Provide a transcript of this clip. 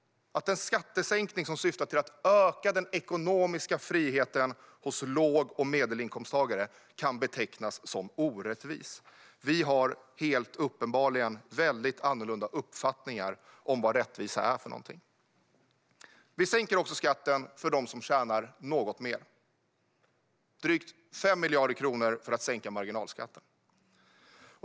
En skattesänkning som syftar till att öka den ekonomiska friheten hos låg och medelinkomsttagare kan betecknas som orättvis. Vi har helt uppenbarligen väldigt olika uppfattningar om vad rättvisa är. Vi sänker också skatten för dem som tjänar något mer och lägger drygt 5 miljarder kronor på att sänka marginalskatten.